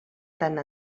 tant